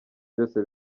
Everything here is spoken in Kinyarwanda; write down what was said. byose